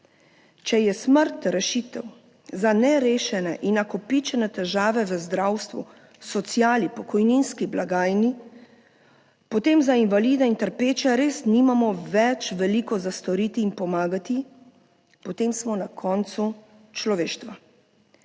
Če je smrt rešitev za nerešene in nakopičene težave v zdravstvu, sociali, pokojninski blagajni, potem za invalide in trpeče res nimamo več veliko za storiti in pomagati, potem smo na koncu človeštva.